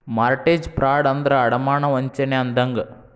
mortgage fraud ಅಂದ್ರ ಅಡಮಾನ ವಂಚನೆ ಅಂದಂಗ